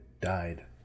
died